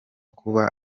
kuba